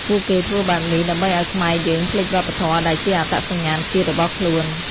ពួកគេធ្វើបែបនេះដើម្បីឱ្យខ្មែរយើងភ្លេចវប្បធម៌ដែលជាអត្តសញ្ញាណជាតិរបស់ខ្លួន។